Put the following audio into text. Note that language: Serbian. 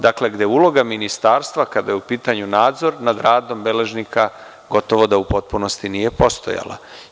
Dakle, gde uloga Ministarstva, kada je u pitanju nadzor nad radom beležnika, gotovo da u potpunosti nije postojala.